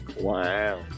Wow